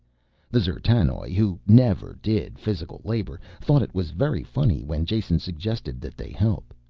the d'zertanoj, who never did physical labor, thought it was very funny when jason suggested that they help.